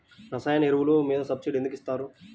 రసాయన ఎరువులు మీద సబ్సిడీ ఎందుకు ఇస్తారు?